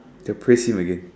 they'll praise him again